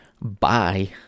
Bye